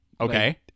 Okay